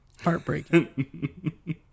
Heartbreaking